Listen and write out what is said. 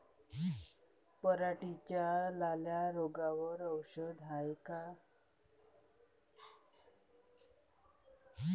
पराटीच्या लाल्या रोगावर औषध हाये का?